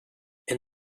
and